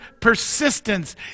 persistence